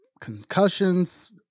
concussions